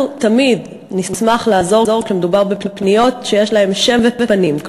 אנחנו תמיד נשמח לעזור כשמדובר בפניות שיש להן שם ופנים.